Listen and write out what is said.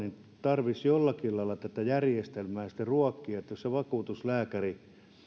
tarvitsisi jollakin lailla tätä järjestelmää ruokkia jos vakuutuslääkäri